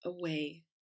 away